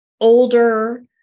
older